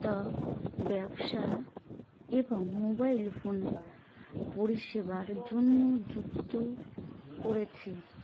তা ব্যবসা এবং মোবাইল ফোনে পরিষেবার জন্য যুক্ত করেছে